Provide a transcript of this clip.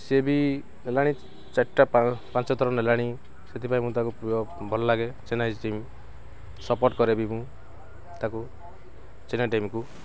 ସିଏ ବି ନେଲାଣି ଚାରିଟା ପାଞ୍ଚ ଥର ନେଲାଣି ସେଥିପାଇଁ ମୁଁ ତାକୁ ଭଲ ଲାଗେ ଚେନ୍ନାଇ ଟିମ୍ ସପୋର୍ଟ୍ କରେ ବି ମୁଁ ତାକୁ ଚେନ୍ନାଇ ଟିମ୍କୁ